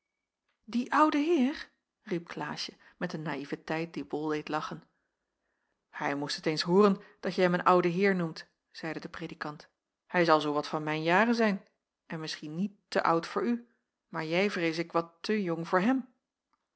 die oude heer riep klaasje met een naïeveteit die bol deed lachen jacob van ennep ij moest het eens hooren dat je hem een ouden heer noemt zeide de predikant hij zal zoo wat van mijn jaren zijn en misschien niet te oud voor u maar jij vrees ik wat te jong voor hem